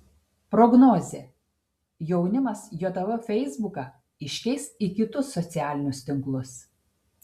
prognozė jaunimas jav feisbuką iškeis į kitus socialinius tinklus